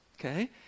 okay